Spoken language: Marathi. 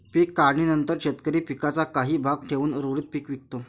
पीक काढणीनंतर शेतकरी पिकाचा काही भाग ठेवून उर्वरित पीक विकतो